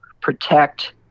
protect